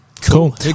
Cool